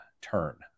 turn